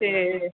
ਅਤੇ